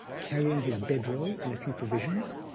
carrying his bedroll and a few provisions,